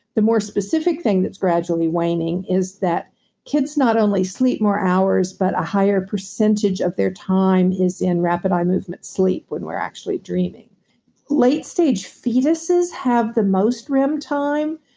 more specific thing that's gradually waning is that kids not only sleep more hours, but a higher percentage of their time is in rapid eye movement sleep when we're actually dreaming late stage fetuses have the most rem time.